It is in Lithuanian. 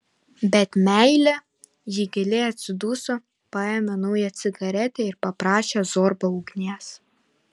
bet meilė ji giliai atsiduso paėmė naują cigaretę ir paprašė zorbą ugnies